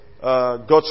God's